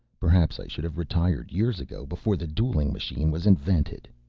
perhaps i should have retired years ago, before the dueling machine was invented.